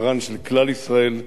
מרן של כלל ישראל,